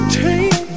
take